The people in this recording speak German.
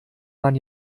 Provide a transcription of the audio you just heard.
man